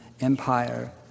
empire